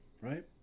right